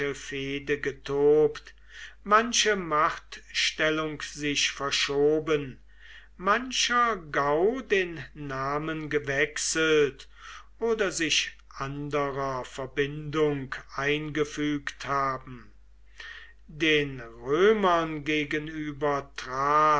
fehde getobt manche machtstellung sich verschoben mancher gau den namen gewechselt oder sich anderer verbindung eingefügt haben den römern